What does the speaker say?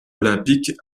olympique